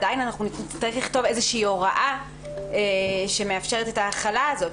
עדיין אנחנו נצטרך לכתוב איזושהי הוראה שמאפשרת את ההחלה הזו.